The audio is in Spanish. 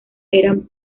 eran